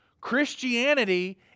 Christianity